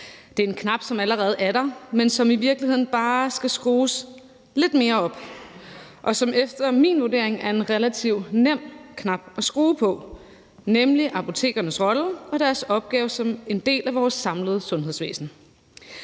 Det er en knap, som allerede er der, men som i virkeligheden bare skal skrues lidt mere op, og som efter min vurdering er en relativt nem knap at skrue på, nemlig apotekernes rolle og deres opgave som en del af vores samlede sundhedsvæsen.